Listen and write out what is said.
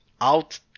out